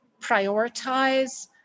prioritize